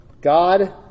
God